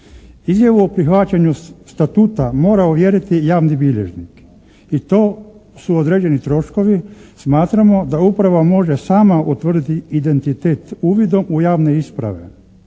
Izjavu o prihvaćanju Statuta mora ovjeriti javni bilježnik i to su određeni troškovi. Smatramo da uprava može sama utvrditi identitet uvidom u javne isprave.